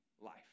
life